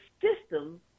system